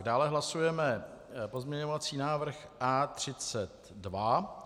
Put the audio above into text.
Dále hlasujeme o pozměňovacím návrhu A32.